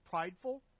prideful